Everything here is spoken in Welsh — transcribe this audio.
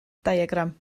diagram